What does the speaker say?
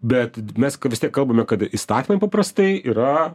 bet mes vis tiek kalbame kad įstatymai paprastai yra